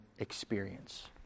experience